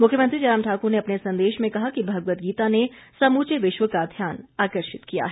मुख्यमंत्री जयराम ठाकुर ने अपने संदेश में कहा कि भगवत गीता ने समूचे विश्व का ध्यान आकर्षित किया है